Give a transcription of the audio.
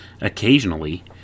occasionally